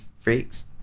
freaks